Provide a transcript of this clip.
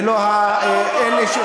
ולא אלה,